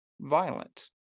violent